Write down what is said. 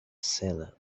cellar